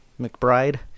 McBride